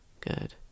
Good